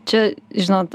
čia žinot